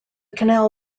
canal